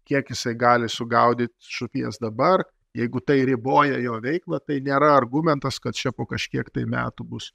kiek jisai gali sugaudyt žuvies dabar jeigu tai riboja jo veiklą tai nėra argumentas kad čia po kažkiek metų bus